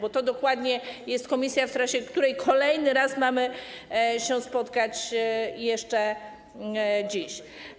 Po to dokładnie jest komisja, w której kolejny raz mamy się spotkać jeszcze dziś.